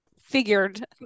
figured